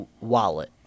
wallet